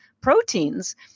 proteins